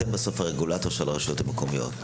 בסוף אתם הרגולטור של הרשויות המקומיות.